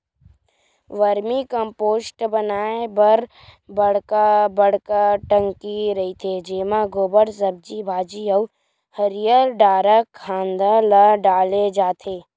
vermi compost बनाए बर बड़का बड़का टंकी रहिथे जेमा गोबर, सब्जी भाजी अउ हरियर डारा खांधा ल डाले जाथे